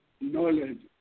knowledge